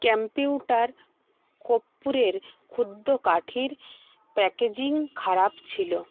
computer কর্পূরের ক্ষুদ্র কাঠির প্যাকেজিং খারাপ ছিল